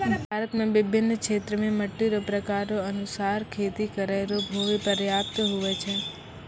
भारत मे बिभिन्न क्षेत्र मे मट्टी रो प्रकार रो अनुसार खेती करै रो भूमी प्रयाप्त हुवै छै